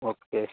okay